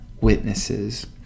witnesses